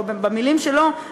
או במילים שלו,